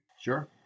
Sure